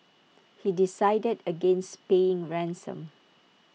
he decided against paying ransom